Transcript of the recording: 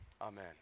Amen